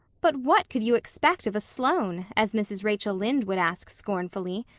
but what could you expect of a sloane, as mrs. rachel lynde would ask scornfully?